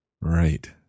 Right